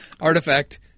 artifact